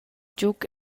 giug